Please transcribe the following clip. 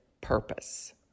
purpose